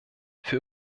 für